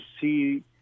see